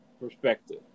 perspective